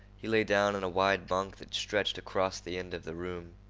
he lay down on a wide bunk that stretched across the end of the room.